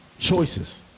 Choices